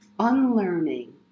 unlearning